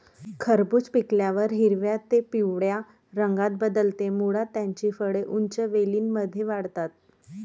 खरबूज पिकल्यावर हिरव्या ते पिवळ्या रंगात बदलते, मुळात त्याची फळे उंच वेलींमध्ये वाढतात